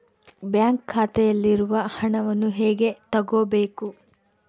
Bank ಖಾತೆಯಲ್ಲಿರುವ ಹಣವನ್ನು ಹೇಗೆ ತಗೋಬೇಕು?